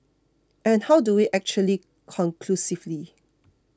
and how do we actually conclusively